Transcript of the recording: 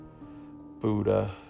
Buddha